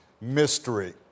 mystery